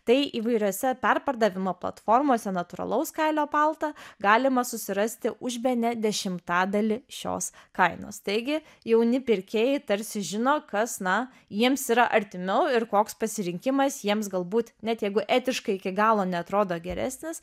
tai įvairiose perpardavimo platformose natūralaus kailio paltą galima susirasti už bene dešimtadalį šios kainos taigi jauni pirkėjai tarsi žino kas na jiems yra artimiau ir koks pasirinkimas jiems galbūt net jeigu etiškai iki galo neatrodo geresnis